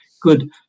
good